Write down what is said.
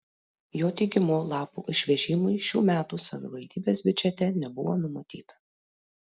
jo teigimu lapų išvežimui šių metų savivaldybės biudžete nebuvo numatyta